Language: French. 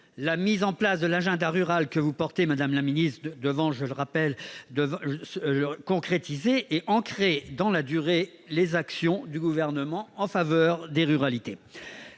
la mise en place de l'agenda rural que vous portez, madame la ministre, devant concrétiser et ancrer dans la durée les actions du Gouvernement en faveur des ruralités.